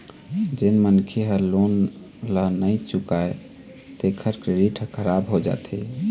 जेन मनखे ह लोन ल नइ चुकावय तेखर क्रेडिट ह खराब हो जाथे